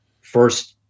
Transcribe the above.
first